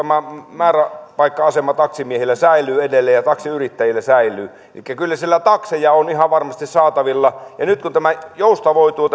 määräpaikka asema taksimiehillä ja taksiyrittäjillä säilyy edelleen elikkä kyllä siellä takseja on ihan varmasti saatavilla nyt tämä järjestelmä joustavoituu